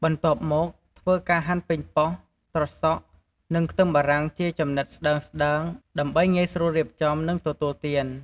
បន្ទាប់មកធ្វើការហាន់ប៉េងប៉ោះ ត្រសក់ និងខ្ទឹមបារាំងជាចំណិតស្តើងៗ ដើម្បីងាយស្រួលរៀបចំ និងទទួលទាន។